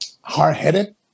hard-headed